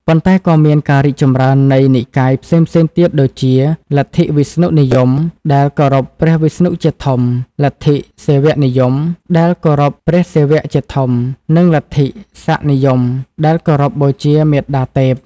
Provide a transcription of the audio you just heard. ប៉ុន្តែក៏មានការរីកចម្រើននៃនិកាយផ្សេងៗទៀត ដូចជា លទ្ធិវិស្ណុនិយម ដែលគោរពព្រះវិស្ណុជាធំ លទ្ធិសិវនិយម ដែលគោរពព្រះសិវៈជាធំ និង លទ្ធិសក្តិនិយម ដែលគោរពបូជាមាតាទេព។